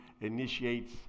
initiates